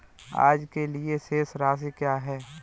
आज के लिए शेष राशि क्या है?